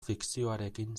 fikzioarekin